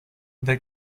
the